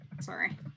Sorry